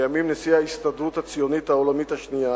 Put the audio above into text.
לימים נשיא ההסתדרות הציונית העולמית השנייה,